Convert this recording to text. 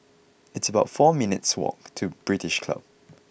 it's about four minutes' walk to British Club